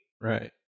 Right